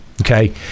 Okay